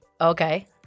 Okay